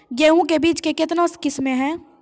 गेहूँ के बीज के कितने किसमें है?